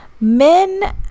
Men